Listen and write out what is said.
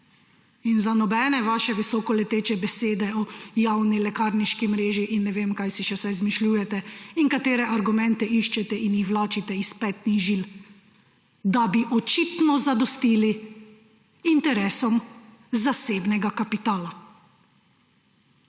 in za nobene vaše visokoleteče besede o javni lekarniški mreži in ne vem, kaj vse si še izmišljujete, katere argumente iščete in jih vlačite iz petnih žil, da bi očitno zadostili interesom zasebnega kapitala.